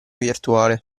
virtuale